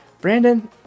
Brandon